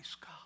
God